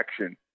action